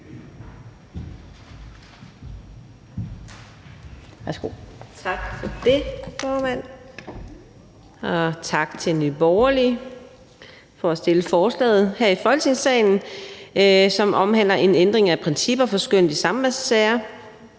Tak for det, formand. Og tak til Nye Borgerlige for at fremsætte forslaget her i Folketingssalen, som omhandler en ændring af principperne for skønnet i samværssager.